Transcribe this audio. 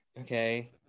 Okay